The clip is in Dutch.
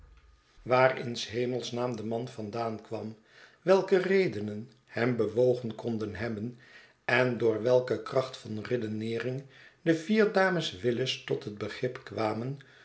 waar in s hemels naam de man vandaan kwam welke redenen hem bewogen konden hebben en door welke kracht van redeneering de vier dames willis tot het begrip kwamen